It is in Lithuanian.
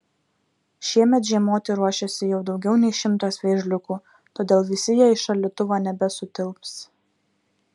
šiemet žiemoti ruošiasi jau daugiau nei šimtas vėžliukų todėl visi jie į šaldytuvą nebesutilps